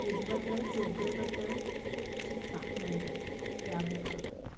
हेजे बद्दल सगले बद्दल शिकपाक मेळटा ह्या बुकाक